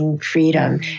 Freedom